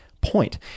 point